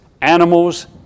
animals